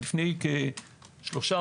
לפני כשלושה,